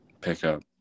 Pickup